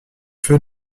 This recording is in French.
feu